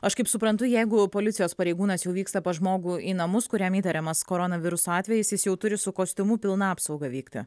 aš kaip suprantu jeigu policijos pareigūnas jau vyksta pas žmogų į namus kuriam įtariamas koronaviruso atvejis jis jau turi su kostiumu pilna apsauga vykti